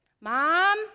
Mom